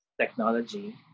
technology